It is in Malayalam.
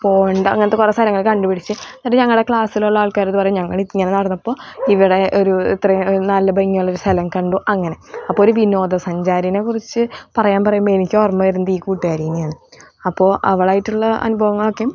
പോണ്ട് അങ്ങനത്തെ കുറെ സ്ഥലങ്ങളൊക്കെ കണ്ടു പിടിച്ച് എന്നിട്ട് ഞങ്ങളുടെ ക്ലാസിലുള്ള ആൾക്കാരോട് പറയും ഞങ്ങൾ ഇങ്ങനെ നടന്നപ്പോൾ ഇവിടെ ഒരു ഇത്രയും നല്ല ഭംഗിയുള്ള ഒരു സ്ഥലം കണ്ടു അങ്ങനെ അപ്പോൾ ഒരു വിനോദസഞ്ചാരിനെ കുറിച്ച് പറയാൻ പറയുമ്പോൾ എനിക്ക് ഓർമ്മ വരുന്നത് ഈ കൂട്ടുകാരിനെയാണ് അപ്പോൾ അവൾ ആയിട്ടുള്ള അനുഭവങ്ങളൊക്കെയും